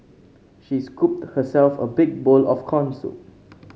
she scooped herself a big bowl of corn soup